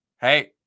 hey